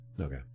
Okay